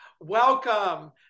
Welcome